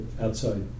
outside